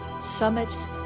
summits